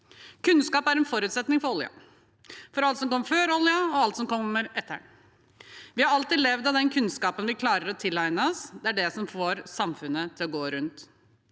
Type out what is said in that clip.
Kunnskap er en forutsetning for oljen – for alt som kom før oljen, og alt som kommer etter den. Vi har alltid levd av den kunnskapen vi klarer å tilegne oss. Det er det som får samfunnet til å gå rundt.